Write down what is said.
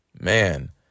Man